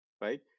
right